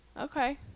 Okay